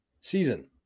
season